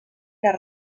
les